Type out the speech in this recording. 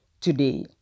today